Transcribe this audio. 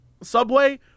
Subway